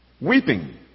Weeping